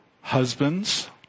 Husbands